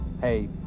hey